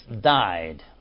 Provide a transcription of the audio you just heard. died